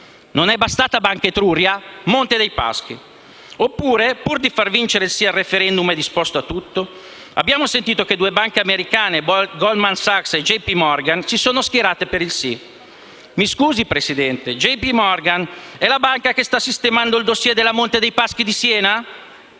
Non è bastata Banca Etruria? Ora c'è Monte dei Paschi. Per caso, pur di far vincere il sì al *referendum* è disposto a tutto? Abbiamo sentito che due banche americane, Goldman Sachs e JP Morgan, si sono schierate per il sì. Scusi, Presidente, JP Morgan è la banca che sta sistemando il *dossier* della banca Monte dei Paschi di Siena?